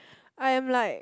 I'm like